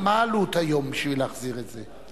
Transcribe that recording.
מה העלות היום בשביל להחזיר את זה?